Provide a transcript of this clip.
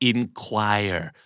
Inquire